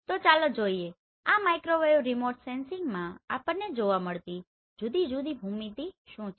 તો ચાલો જોઈએ કે આ માઇક્રોવેવ રિમોટ સેન્સિંગમાં આપણને જોવા મળતી જુદી જુદી ભૂમિતિ શું છે